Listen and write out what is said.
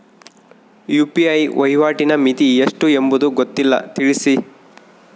UPI ವಹಿವಾಟಿನ ಮಿತಿ ಎಷ್ಟು ಎಂಬುದು ಗೊತ್ತಿಲ್ಲ? ತಿಳಿಸಿ?